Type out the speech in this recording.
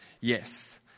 yes